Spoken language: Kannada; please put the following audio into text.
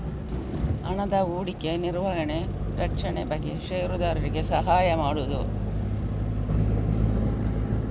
ಹಣದ ಹೂಡಿಕೆ, ನಿರ್ವಹಣೆ, ರಕ್ಷಣೆ ಬಗ್ಗೆ ಷೇರುದಾರರಿಗೆ ಸಹಾಯ ಮಾಡುದು